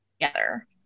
together